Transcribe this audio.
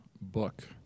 book